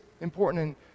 important